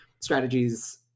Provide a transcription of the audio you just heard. strategies